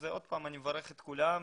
שוב, אני מברך את כולם.